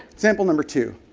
example number two.